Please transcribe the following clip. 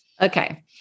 Okay